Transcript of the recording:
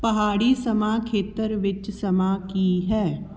ਪਹਾੜੀ ਸਮਾਂ ਖੇਤਰ ਵਿੱਚ ਸਮਾਂ ਕੀ ਹੈ